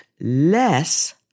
less